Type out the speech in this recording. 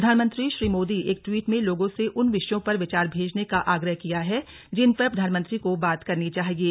प्रधानमंत्री श्री मोदी ने एक ट्वीट में लोगों से उन विषयों पर विचार भेजने का आग्रह किया है जिन पर प्रधानमंत्री को बात करनी चाहिये